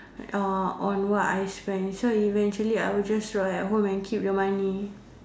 uh on what I spend so eventually I will just rot at home and keep the money